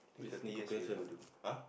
thirty years already never do ah